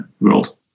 world